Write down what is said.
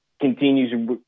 continues –